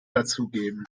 dazugeben